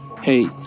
Hey